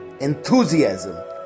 enthusiasm